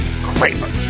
Kramer